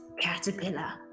caterpillar